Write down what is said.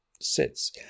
sits